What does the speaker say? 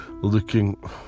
looking